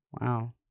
wow